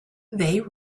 they